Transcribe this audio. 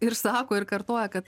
ir sako ir kartoja kad